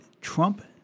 Trump